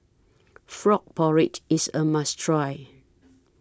Frog Porridge IS A must Try